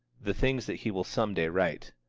the things that he will some day write.